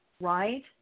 right